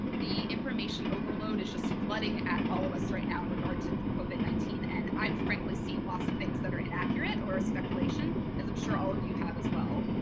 the information overload is just flooding at all of us right now in regard to covid nineteen and i've frankly seen lots of things that are inaccurate or a speculation as i'm sure all of you have as well.